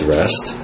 rest